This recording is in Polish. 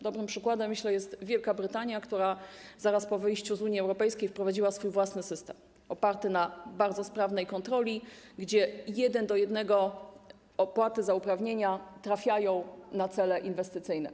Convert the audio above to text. Dobrym przykładem, myślę, jest Wielka Brytania, która zaraz po wyjściu z Unii Europejskiej wprowadziła swój własny system oparty na bardzo sprawnej kontroli, gdzie w relacji jeden do jednego opłaty za uprawnienia trafiają na cele inwestycyjne.